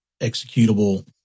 executable